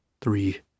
Three